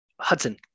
Hudson